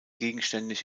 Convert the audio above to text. gegenständig